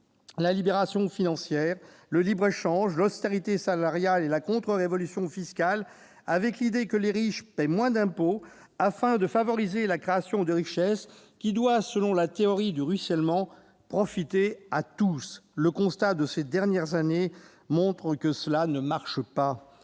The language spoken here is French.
la libéralisation financière, le libre-échange, l'austérité salariale et la contre-révolution fiscale, avec l'idée que les riches doivent payer moins d'impôts pour favoriser la création de richesse, laquelle doit, selon la théorie du ruissellement, profiter à tous. Ces dernières années l'ont montré, cela ne marche pas.